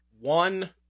one